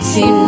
See